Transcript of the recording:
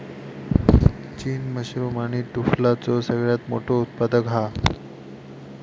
चीन मशरूम आणि टुफलाचो सगळ्यात मोठो उत्पादक हा